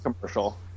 commercial